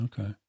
Okay